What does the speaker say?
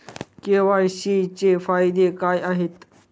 KYC चे फायदे काय आहेत?